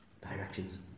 Directions